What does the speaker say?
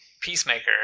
Peacemaker